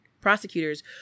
prosecutors